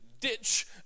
ditch